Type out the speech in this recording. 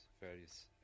various